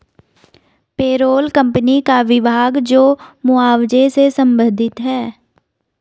payroll company का विभाग जो मुआवजे से संबंधित है